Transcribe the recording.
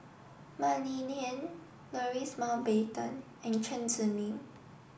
Mah Li Lian Louis Mountbatten and Chen Zhiming